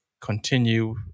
continue